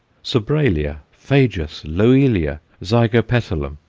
sobralia, phajus, loelia, zygopetalum,